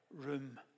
room